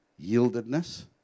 yieldedness